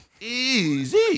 Easy